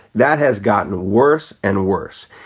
that has gotten worse and worse.